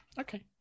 okay